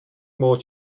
more